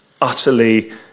utterly